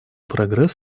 прогресс